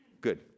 Good